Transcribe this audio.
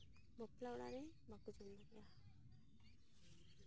ᱵᱟᱯᱞᱟ ᱚᱲᱟᱜ ᱨᱮ